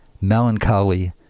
melancholy